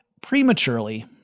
prematurely